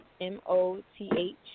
M-O-T-H